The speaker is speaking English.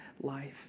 life